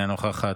אינה נוכחת,